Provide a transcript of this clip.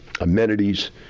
amenities